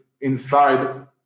inside